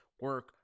Work